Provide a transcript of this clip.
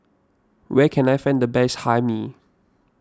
where can I find the best Hae Mee